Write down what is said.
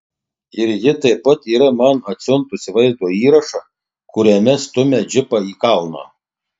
ir ji taip pat yra man atsiuntusi vaizdo įrašą kuriame stumia džipą į kalną